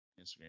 Instagram